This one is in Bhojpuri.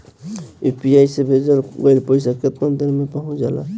यू.पी.आई से भेजल गईल पईसा कितना देर में पहुंच जाला?